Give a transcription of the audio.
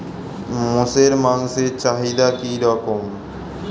মোষের মাংসের চাহিদা কি রকম?